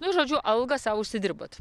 nu žodžiu algą sau užsidirbot